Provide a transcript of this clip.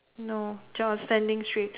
no just standing straight